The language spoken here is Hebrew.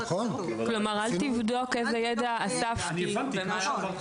כלומר אל תבדוק איזה ידע אספתי -- אני הבנתי ואמרתי